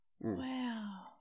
Wow